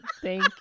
thank